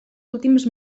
últims